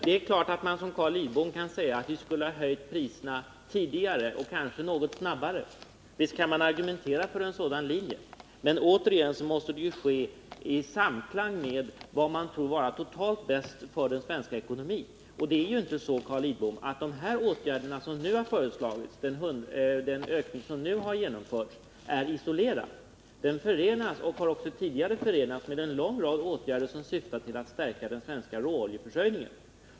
Det är klart att man, som Carl Lidbom gör, kan säga att vi skulle ha höjt priserna tidigare och kanske något snabbare. Visst kan man argumentera för en sådan linje. Men — återigen — det måste ske i samklang med vad man tror vara totalt bäst för den svenska ekonomin. Det är inte så, Carl Lidbom, att den ökning som sker genom de föreslagna åtgärderna är isolerad. Ökningen förenas — och har också tidigare förenats — med en lång rad åtgärder som syftar till att stärka den svenska råoljeförsörjningen.